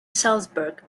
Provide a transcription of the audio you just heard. salzburg